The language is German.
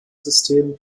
system